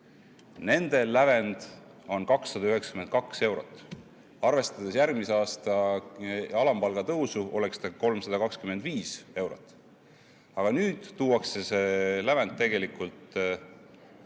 nende lävend on 292 eurot. Arvestades järgmise aasta alampalga tõusu, oleks see 325 eurot. Aga nüüd tuuakse see lävend kuni